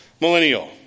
millennial